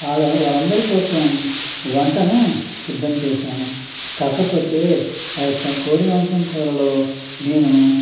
వాళ్ళ వాళ్ళందరి కోసం వంటను సిద్దం చేసాను కాకపోతే ఆ యొక్క కోడి మాంసం కూరలో నేను